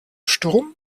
sturm